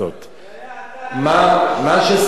מה ששר הביטחון אומר,